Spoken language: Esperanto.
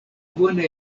bone